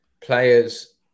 Players